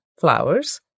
flowers